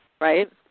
Right